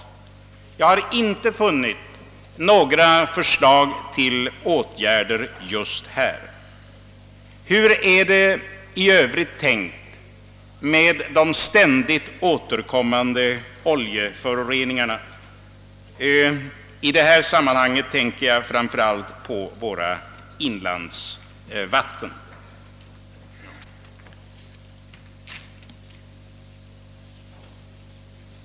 Jag har inte funnit några förslag till sådana åtgärder. Hur är det i övrigt tänkt att man skall komma till rätta med de ständigt återkomande oljeföroreningarna? I detta sammanhang tänker jag framför allt på våra inlandsvatten.